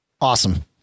Awesome